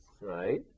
Right